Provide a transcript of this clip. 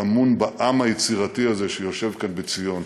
שטמון בעם היצירתי הזה שיושב כאן בציון.